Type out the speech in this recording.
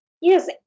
Yes